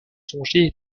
songer